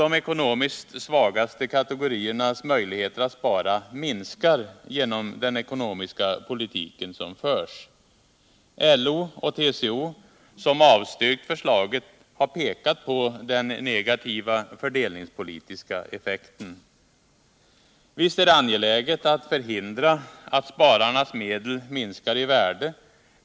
De ekonomiskt svagaste kategoriernas möjligheter att spara minskar genom den ekonomiska politik som förs. LO och TCO, som avstyrkt förslaget, har pekat på den negativa fördelningspolitiska effekten. Visst är det angeläget att förhindra att spararnas medel minskar i värde.